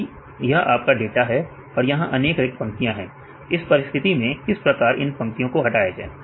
यदि यह आपका डाटा है और यहां अनेक रिक्त पंक्तियां हैं इस परिस्थिति में किस प्रकार इन पंक्तियों को हटाया जाए